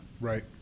Right